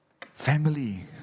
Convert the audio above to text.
family